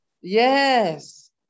Yes